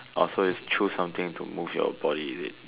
orh so is choose something to move your body is it